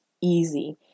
easy